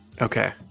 Okay